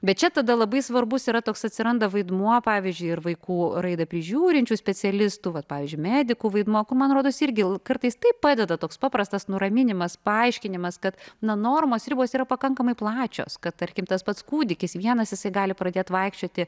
bet čia tada labai svarbus yra toks atsiranda vaidmuo pavyzdžiui ir vaikų raidą prižiūrinčių specialistų vat pavyzdžiui medikų vaidmuo kur man rodos irgi kartais tai padeda toks paprastas nuraminimas paaiškinimas kad na normos ribos yra pakankamai plačios kad tarkim tas pats kūdikis vienas jisai gali pradėti vaikščioti